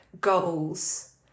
goals